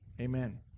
Amen